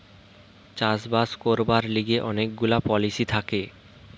চাষ বাস করবার লিগে অনেক গুলা পলিসি থাকে